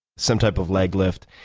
some type of leg lift,